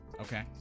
Okay